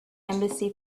embassy